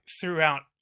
throughout